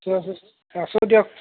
আছোঁ দিয়ক